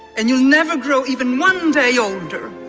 and you'll never grow even one day older.